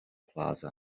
plaza